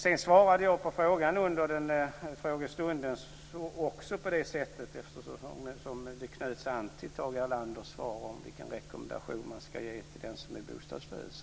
Jag svarade som jag gjorde under frågestunden, eftersom det knöts an till Tage Erlanders svar, på frågan om vilken rekommendation man ska ge till den som är bostadslös.